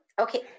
okay